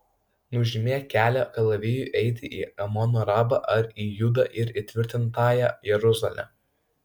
nužymėk kelią kalavijui eiti į amono rabą ar į judą ir įtvirtintąją jeruzalę